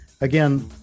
Again